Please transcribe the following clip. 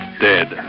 dead